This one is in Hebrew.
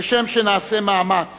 כשם שנעשה מאמץ